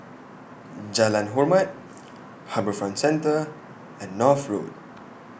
Jalan Hormat HarbourFront Centre and North Road